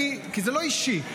כי זה לא אישי.